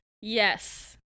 Yes